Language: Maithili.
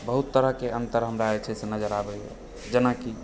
बहुत तरहक अंतर हमरा जे छै से नजर आबैए जेनाकि